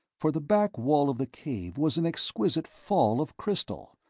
for the back wall of the cave was an exquisite fall of crystal!